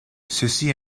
ceci